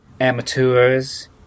Amateurs